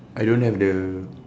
I don't have the